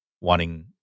wanting